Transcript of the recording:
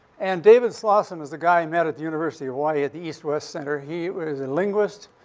and david slawson is a guy i met at the university of hawaii, at the east-west center. he was a linguist,